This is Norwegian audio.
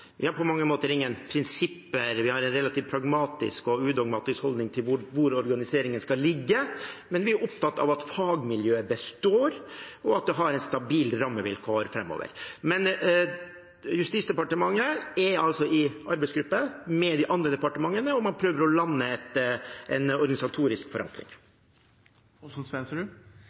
Vi har på mange måter ingen prinsipper, vi har en relativt pragmatisk og udogmatisk holdning til hvor organiseringen skal ligge, men vi er opptatt av at fagmiljøet består, og at det har stabile rammevilkår framover. Justisdepartementet er i arbeidsgruppe med de andre departementene, og man prøver å lande en organisatorisk forankring.